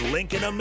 Lincoln